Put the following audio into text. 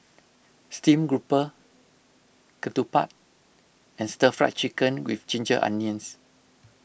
Stream Grouper Ketupat and Stir Fried Chicken with Ginger Onions